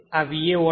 આ VA auto છે